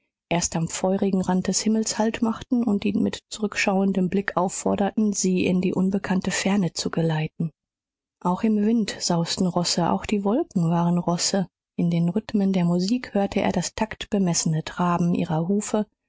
erst am feurigen rand des himmels halt machten und ihn mit zurückschauendem blick aufforderten sie in die unbekannte ferne zu geleiten auch im wind sausten rosse auch die wolken waren rosse in den rhythmen der musik hörte er das taktbemessene traben ihrer hufe